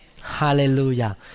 Hallelujah